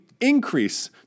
increase